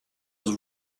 was